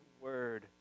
word